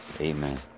Amen